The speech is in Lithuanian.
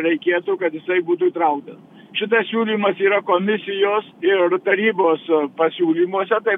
reikėtų kad jisai būtų įtrauktas šitas siūlymas yra komisijos ir tarybos pasiūlymuose tai